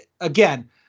again